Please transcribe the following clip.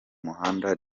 muhanda